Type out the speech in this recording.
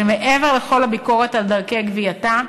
שמעבר לכל הביקורות על דרכי גבייתה,